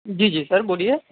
جی جی سر بولیے